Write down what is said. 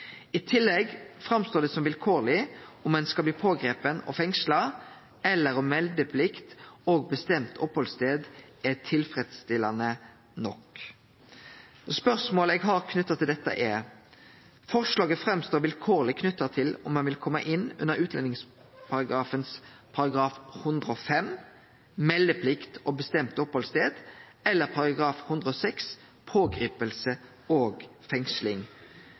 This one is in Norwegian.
I tillegg framstår det som vilkårleg om ein skal bli pågripen og fengsla, eller om meldeplikt og bestemt opphaldsstad er tilfredsstillande nok. Spørsmålet eg har til dette, er: Forslaget framstår vilkårleg knytt til om ein vil kome inn under § 105 i utlendingslova, meldeplikt og bestemt opphaldsstad, eller § 106, pågriping og fengsling.